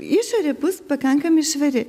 išorė bus pakankamai švari